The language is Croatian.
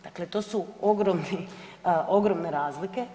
Dakle, to su ogromne razlike.